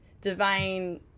divine